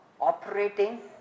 operating